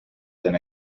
than